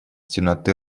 темноты